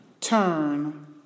turn